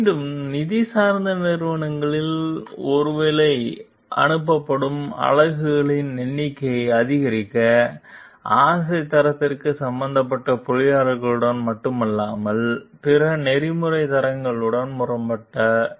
மீண்டும் நிதி சார்ந்த நிறுவனங்களில் ஒருவேளை அனுப்பப்படும் அலகுகளின் எண்ணிக்கையை அதிகரிக்க ஆசை தரத்திற்கு சம்பந்தப்பட்ட பொறியியலாளர்களுடன் மட்டுமல்லாமல் பிற நெறிமுறை தரங்களுடனும் முரண்பட்டது